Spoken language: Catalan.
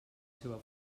seva